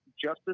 Justice